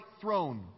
throne